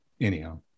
anyhow